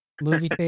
Movie